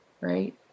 right